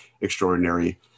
extraordinary